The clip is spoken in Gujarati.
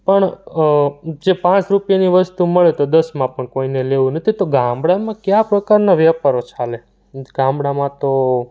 પણ જે પાંચ રૂપિયાની વસ્તુ મળે તો દસમાં પણ કોઈને લેવું નથી તો ગામડામાં કયા પ્રકારના વેપારો ચાલે ગામડામાં તો